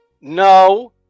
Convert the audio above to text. no